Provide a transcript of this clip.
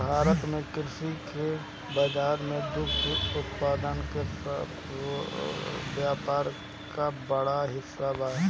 भारत में कृषि के बाजार में दुग्ध उत्पादन के व्यापार क बड़ा हिस्सा बा